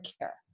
care